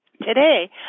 Today